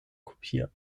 kopieren